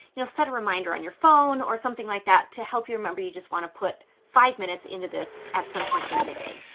you know, set a reminder on your phone or something like that to help you remember. you just want to put five minutes into this at some point during the day.